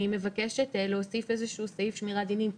ואני מבקשת להוסיף סעיף שמירת דינים.